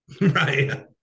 Right